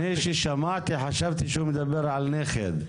כששמעתי חשבתי שהוא מדבר על נכד.